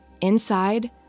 Inside